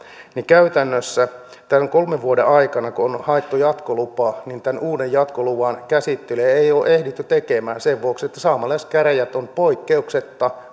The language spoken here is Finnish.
niin käytännössä kun tämän kolmen vuoden aikana on on haettu jatkolupaa tämän uuden jatkoluvan käsittelyä ei ole ehditty tekemään sen vuoksi että saamelaiskäräjät on poikkeuksetta